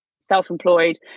self-employed